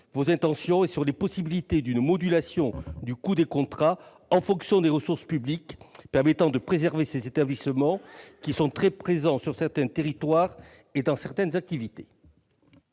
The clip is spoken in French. vos intentions sur les possibilités d'une modulation du coût des contrats en fonction des ressources publiques permettant de préserver ces établissements, très présents sur certains territoires et dans diverses activités.